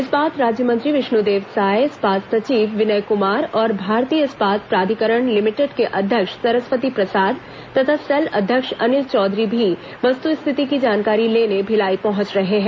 इस्पात राज्यमंत्री विष्णुदेव साय इस्पात सचिव विनय कुमार और भारतीय इस्पात प्राधिकरण लिमिटेड के अध्यक्ष सरस्वती प्रसाद तथा सेल अध्यक्ष अनिल चौधरी भी वस्तुस्थिति की जानकारी लेने भिलाई पहुंच रहे हैं